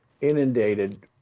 inundated